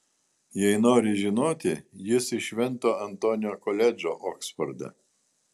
jei nori žinoti jis iš švento antonio koledžo oksforde